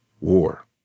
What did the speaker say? war